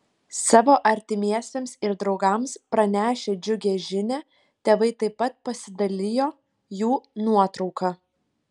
savo artimiesiems ir draugams pranešę džiugią žinią tėvai taip pat pasidalijo jų nuotrauka